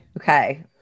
okay